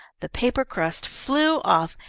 the paper crust flew off,